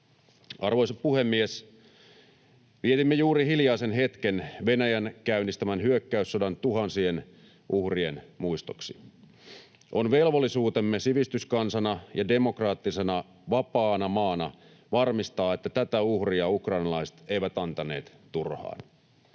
Arvoisa puhemies! Vietimme juuri hiljaisen hetken Venäjän käynnistämän hyökkäyssodan tuhansien uhrien muistoksi. On velvollisuutemme sivistyskansana ja demokraattisena, vapaana maana varmistaa, että tätä uhria ukrainalaiset eivät antaneet turhaan.